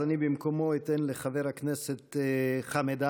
במקומו אתן לחבר הכנסת חמד עמאר,